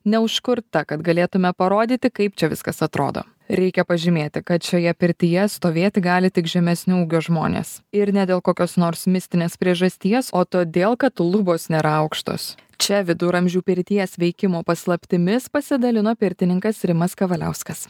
neužkurta kad galėtume parodyti kaip čia viskas atrodo reikia pažymėti kad šioje pirtyje stovėti gali tik žemesnio ūgio žmonės ir ne dėl kokios nors mistinės priežasties o todėl kad lubos nėra aukštos čia viduramžių pirties veikimo paslaptimis pasidalino pirtininkas rimas kavaliauskas